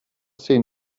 see